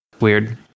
weird